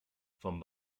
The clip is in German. vom